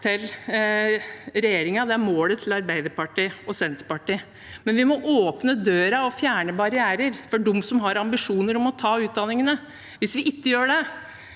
til regjeringen, det er målet til Arbeiderpartiet og Senterpartiet. Men vi må åpne døren og fjerne barrierer for dem som har ambisjoner om å ta utdanningene. Hvis vi ikke gjør det,